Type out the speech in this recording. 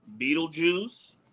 Beetlejuice